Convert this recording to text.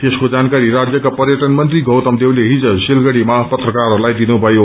यसको जानक्वरी राज्यका पर्यटन मन्त्री गैतम देवले हिज सिलगढ़ीमा पत्रकारहरूलाई दिनुभयो